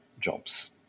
Jobs